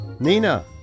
Nina